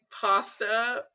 pasta